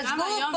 תעזבו,